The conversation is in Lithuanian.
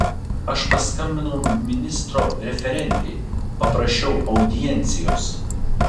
aš paskambinau ministro referentei paprašiau audiencijos